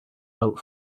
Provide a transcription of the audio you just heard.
out